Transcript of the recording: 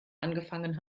angefangen